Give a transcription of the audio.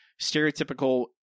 stereotypical